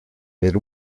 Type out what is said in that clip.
per